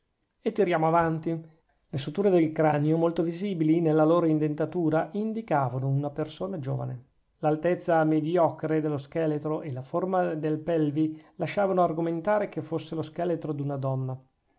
e tiriamo innanzi le suture del cranio molto visibili nella loro indentatura indicavano una persona giovane l'altezza mediocre dello scheletro e la forma del pelvi lasciavano argomentare che fosse lo scheletro d'una donna